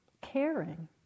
caring